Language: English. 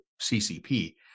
CCP